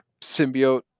symbiote